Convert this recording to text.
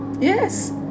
Yes